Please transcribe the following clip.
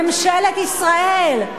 ממשלת ישראל,